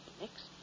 next